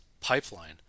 pipeline